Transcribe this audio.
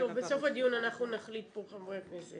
טוב, בסוף הדיון אנחנו נחליט פה, חברי הכנסת.